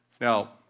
Now